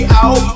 out